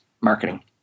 marketing